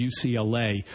UCLA